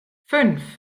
fünf